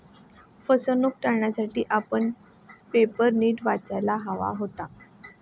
फसवणूक टाळण्यासाठी आपण पेपर नीट वाचायला हवा होता